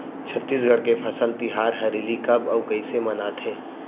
छत्तीसगढ़ के फसल तिहार हरेली कब अउ कइसे मनाथे?